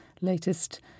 latest